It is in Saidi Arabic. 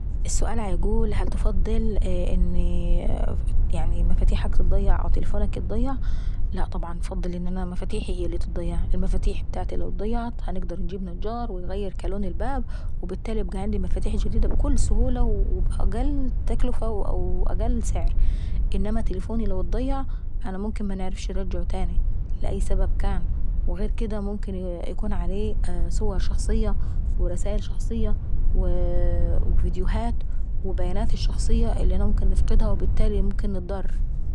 السؤال بيقول هل تفضل مفاتيحك تضيع أو تليفونك يضيع؟ لاء طبعا انفضل ان مفاتيحي تتضيع، المفاتيح ابتاعتي لو اتضيعت هنقدر انجيب نجار وانغير كالون الباب وبالتالي يبقى عندي مفاتيح جديدة ابكل سهولة وبأقل تكلفة وبأقل سعر. انما تلفوني لو اتضيع انا ممكن منعرفش انرجعهتاني لأي سبب كان. وغير اكديه ممكن يكون عليه صور شخصية ورسايل شخصية وفيديوهات وبياناتي الشخصية اللي انا ممكن نفقدها وبالتالي انا ممكن ننضر.